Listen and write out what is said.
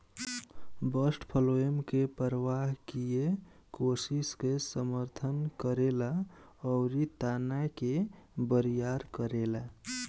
bast phloem के प्रवाह किये कोशिका के समर्थन करेला अउरी तना के बरियार करेला